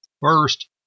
First